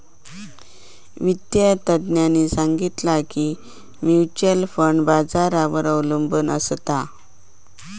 वित्तिय तज्ञांनी सांगितला की म्युच्युअल फंड बाजारावर अबलंबून असता